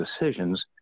decisions